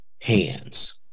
hands